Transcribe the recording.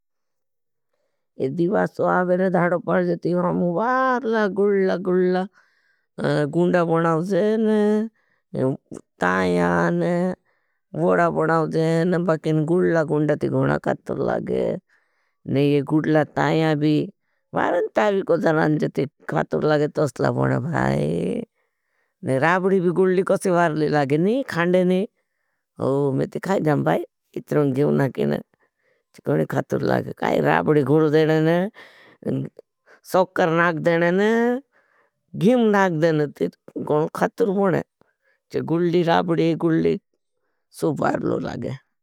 ये दिवासो आबे ने धाड़ो पाड़ जेती, मामु वारला गुल्ला गुल्ला गुंड़ा बनाओ जेन। ताया ने वड़ा बनाओ जेन, बाकिन गुल्ला गुंड़ा ती गुंड़ा खातूर लागे। देख मैं ये गुंड़ा ताया भी मारंत आभी को धरान्ज ती खातूर लागे तस लावने भाई। ने राबडी भी गुल्ली को से वारली लागे ने हांडे ने हो में ती खाय जाम भाई इतरों घीम नाकेणे, जोणग़े खातूर लागे। काई राबडी घुर देने ने सुककर नाकि देने ने घीम नाक देने ते घुड़ खातिर घुड़। गुड़ ली राबड़ी गुड़ ली सुप्पार लो लागे।